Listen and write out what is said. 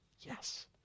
Yes